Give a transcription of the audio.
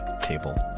Table